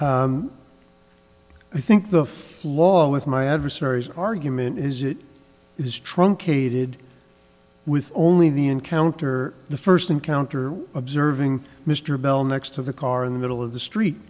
honour's i think the floor with my adversaries argument is it is truncated with only the encounter the first encounter observing mr bell next to the car in the middle of the street